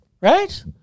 Right